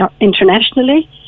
internationally